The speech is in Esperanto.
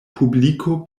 publiko